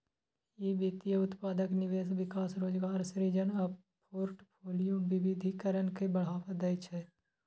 ई वित्तीय उत्पादक निवेश, विकास, रोजगार सृजन आ फोर्टफोलियो विविधीकरण के बढ़ावा दै छै